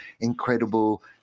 incredible